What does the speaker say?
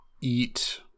eat